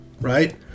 right